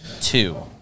Two